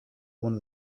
one